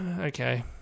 okay